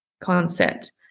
concept